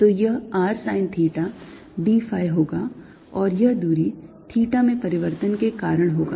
तो यह r sine theta d phi होगा और यह दूरी theta में परिवर्तन के कारण होगा